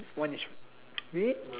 one is red